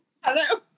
Hello